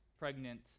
pregnant